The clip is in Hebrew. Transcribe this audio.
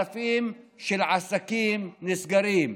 אלפי עסקים נסגרים,